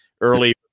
early